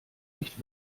nicht